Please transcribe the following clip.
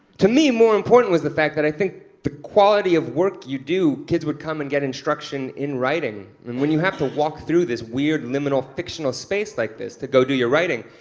to me, more important was the fact that i think the quality of work you do, kids would come and get instruction in writing, and when you have to walk this weird, liminal, fictional space like this to go do your writing,